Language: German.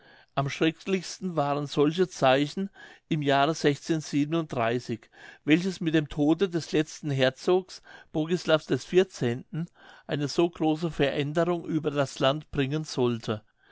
am schrecklichsten waren solche zeichen im jahre welches mit dem tode des letzten herzogs bogislav xiv eine so große veränderung über das land bringen sollte